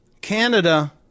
Canada